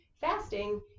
fasting